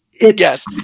yes